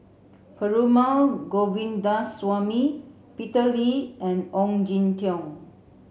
Perumal Govindaswamy Peter Lee and Ong Jin Teong